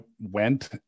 went